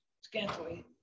scantily